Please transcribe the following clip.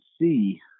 see